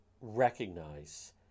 recognize